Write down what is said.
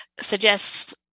suggests